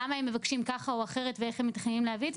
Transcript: של למה הם מבקשים ככה או אחרת ואיך הם מתכננים להביא את זה,